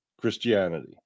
christianity